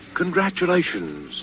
congratulations